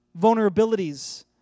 vulnerabilities